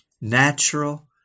natural